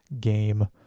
game